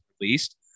released